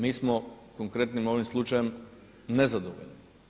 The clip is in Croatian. Mi smo konkretnim ovim slučajem nezadovoljni.